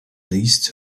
least